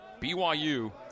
BYU